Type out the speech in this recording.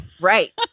Right